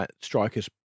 strikers